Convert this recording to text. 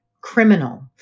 criminal